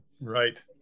Right